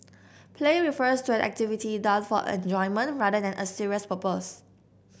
play refers to an activity done for enjoyment rather than a serious purpose